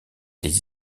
les